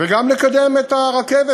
וגם לקדם את הרכבת.